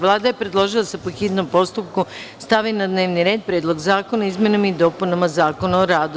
Vlada je predložila da se po hitnom postupku stavi na dnevni red – Predlog zakona o izmenama i dopunama Zakona o radu.